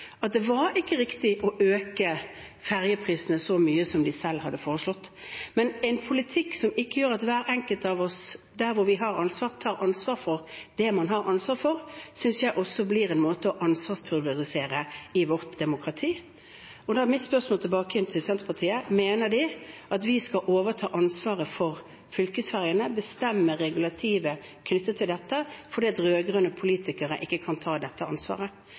at det ikke var riktig å øke fergeprisene så mye som de selv hadde foreslått. En politikk som ikke gjør at hver enkelt av oss tar ansvar for det man har ansvar for, synes jeg også blir en måte å ansvarspulverisere på i vårt demokrati. Og da er mitt spørsmål tilbake til Senterpartiet: Mener de at vi skal overta ansvaret for fylkesfergene, bestemme regulativet knyttet til dette, fordi rød-grønne politikere ikke kan ta dette ansvaret?